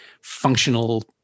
functional